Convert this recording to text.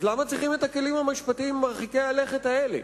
אז למה צריכים את הכלים המשפטיים מרחיקי הלכת האלה?